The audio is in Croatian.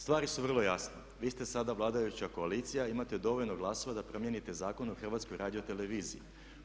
Stvari su vrlo jasne, vi ste sada vladajuća koalicija i imate dovoljno glasova da promijenite Zakon o HRT-u.